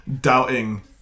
doubting